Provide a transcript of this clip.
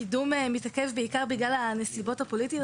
הקידום מתעכב בעיקר בגלל הנסיבות הפוליטיות,